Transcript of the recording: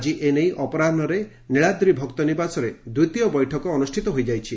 ଆଜି ଏ ନେଇ ଅପରାହୁରେ ନିଳାଦ୍ରୀ ଭକ୍ତ ନିବାସରେ ଦ୍ୱିତୀୟ ବୈଠକ ଅନୁଷ୍ବିତ ହୋଇଯାଇଛି